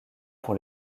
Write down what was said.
pour